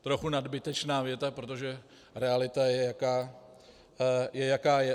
Trochu nadbytečná věta, protože realita je, jaká je.